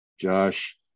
Josh